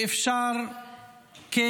שאפשר כן